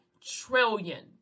trillion